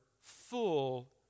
full